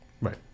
Right